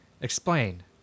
Explain